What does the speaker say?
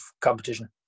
competition